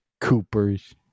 Coopers